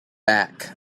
back